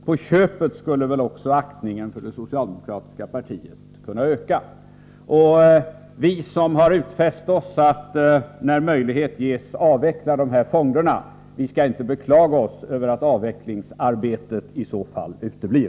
På köpet skulle väl också aktningen för det socialdemokratiska partiet kunna öka. Vi som har utfäst oss att när möjlighet ges avveckla dessa fonder skall inte beklaga oss över att avvecklingsarbetet i så fall uteblir.